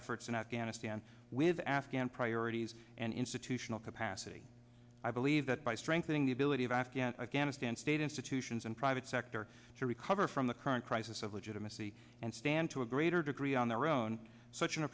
efforts in afghanistan with afghan priorities and institutional capacity i believe that by strengthening the ability of afghan against and state institutions and private sector to recover from the current crisis of legitimacy and stand to a greater degree on their own such an